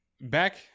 back